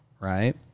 right